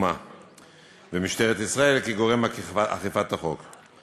בתחומה ומול משטרת ישראל כגורם אכיפת החוק.